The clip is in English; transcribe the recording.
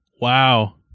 Wow